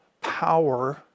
power